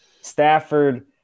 Stafford